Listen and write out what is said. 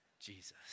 Jesus